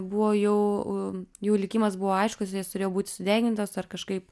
buvo jau jų likimas buvo aiškus jos turėjo būti sudegintos ar kažkaip